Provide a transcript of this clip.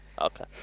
Okay